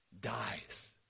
dies